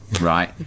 right